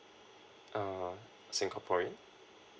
uh singaporean